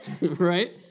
Right